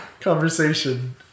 conversation